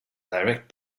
direct